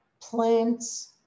plants